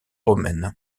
romaine